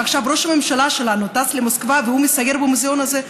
עכשיו ראש הממשלה שלנו טס למוסקבה והוא מסייר במוזיאון הזה.